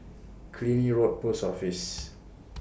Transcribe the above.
Killiney Road Post Office